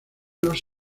los